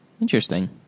Interesting